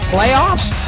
Playoffs